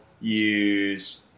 use